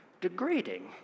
degrading